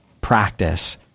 practice